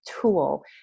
tool